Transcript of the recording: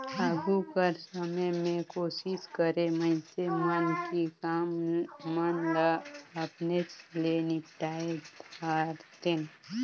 आघु कर समे में कोसिस करें मइनसे मन कि काम मन ल अपनेच ले निपटाए धारतेन